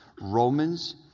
Romans